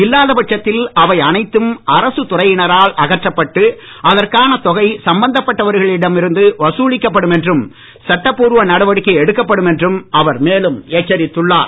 இல்லாத பட்சத்தில் அவை அனைத்தும் அரசுத் துறையினரால் அகற்றப்பட்டு அதற்கான கொகை சம்பந்தப்பட்டவர்களிடம் இருந்து வசூலிக்கப்படும் என்றும் சட்டப்பூர்வ நடவடிக்கை எடுக்கப்படும் என்றும் அவர் மேலும் எச்சரித்துள்ளார்